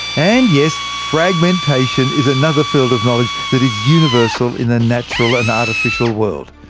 and yes, fragmentation is another field of knowledge that is universal in the natural and artificial world.